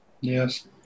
Yes